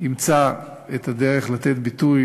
ימצא את הדרך לתת ביטוי